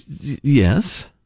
Yes